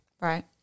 Right